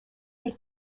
бир